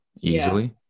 easily